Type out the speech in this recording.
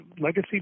legacy